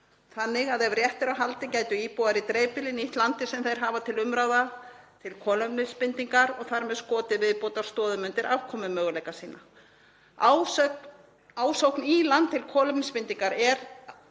þannig að ef rétt er á haldið gætu íbúar í dreifbýli nýtt landið sem þeir hafa til umráða til kolefnisbindingar og þar með skotið viðbótarstoðum undir afkomumöguleika sína. Ásókn í land til kolefnisbindingar er